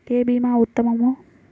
ఏ భీమా ఉత్తమము?